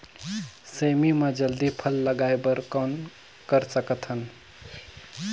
सेमी म जल्दी फल लगाय बर कौन कर सकत हन?